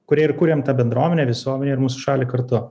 kurie ir kuriam tą bendruomenę visuomenę ir mūsų šalį kartu